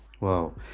wow